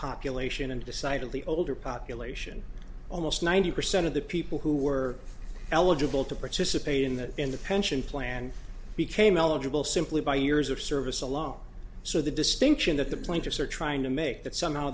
population in decidedly older population almost ninety percent of the people who were eligible to participate in that in the pension plan became eligible simply by years of service alone so the distinction that the plaintiffs are trying to make that somehow